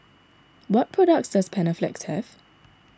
what products does Panaflex have